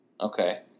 Okay